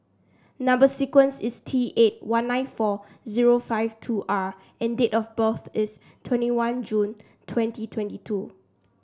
number sequence is T eight one nine four zero five two R and date of birth is twenty one June twenty twenty two